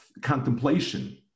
contemplation